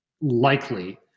likely